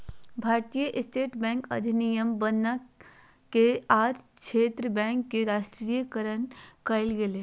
भारतीय state bank अधिनियम बनना के आठ क्षेत्र बैंक के राष्ट्रीयकरण कइल गेलय